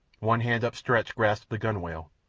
one hand upstretched grasped the gunwale.